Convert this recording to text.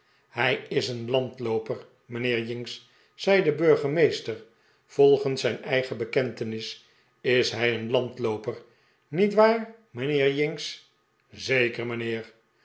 hij is een landlooper mijnheer jinks zei de burgemeester volgens zijn eigen bekentenis is hij een landlooper niet waar mijnheer jinks zeker mijnheer